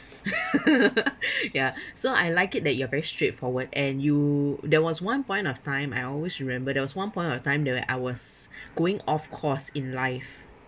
ya so I like it that you are very straightforward and you there was one point of time I always remember there was one point of time that I was going off course in life